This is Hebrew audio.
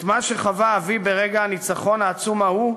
את מה שחווה אבי ברגע הניצחון העצום ההוא,